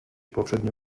poprzednio